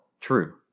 true